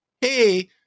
Hey